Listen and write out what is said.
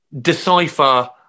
decipher